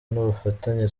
n’ubufatanye